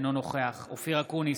אינו נוכח אופיר אקוניס,